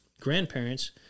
grandparents